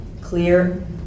clear